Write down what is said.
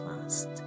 fast